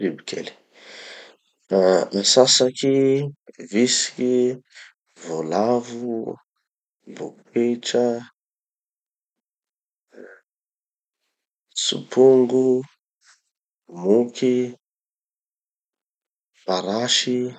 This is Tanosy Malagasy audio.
bibikely. ah Atsatsaky, vitsiky, volavo, boketra, tsopongo, moky, parasy